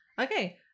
okay